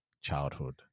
childhood